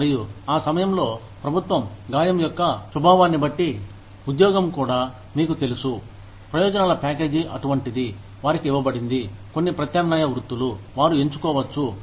మరియు ఆ సమయంలో ప్రభుత్వం గాయం యొక్క స్వభావాన్ని బట్టి ఉద్యోగం కూడా మీకు తెలుసు ప్రయోజనాల ప్యాకేజీ అటువంటిది వారికి ఇవ్వబడింది కొన్ని ప్రత్యామ్నాయ వృత్తులు వారు ఎందుకోవచ్చు